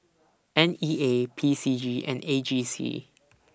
N E A P C G and A G C